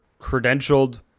credentialed